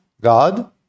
God